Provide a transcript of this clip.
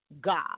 God